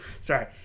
Sorry